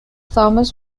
thomas